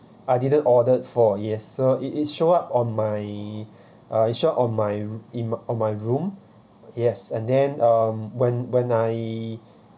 I didn't ordered for yes so it it showed up on my uh it showed on my in on my room yes and then um when when I